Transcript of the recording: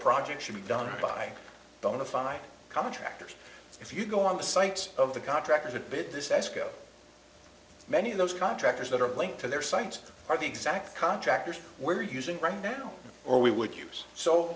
projects should be done by bona fide contractors if you go on the sites of the contractors that bid this escrow many of those contractors that are linked to their sites are the exact contractors we're using right now or we would